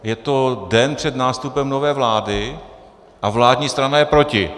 Je to den před nástupem nové vlády, a vládní strana je proti.